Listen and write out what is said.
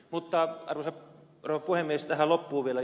arvoisa rouva puhemies